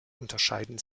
unterscheiden